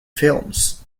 films